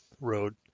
road